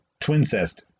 twin-cest